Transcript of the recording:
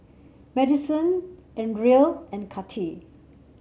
Maddison Andrae and Kathi